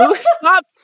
Stop